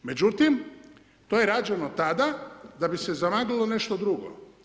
Međutim, to je rađeno tada da bi se zamaglilo nešto drugo.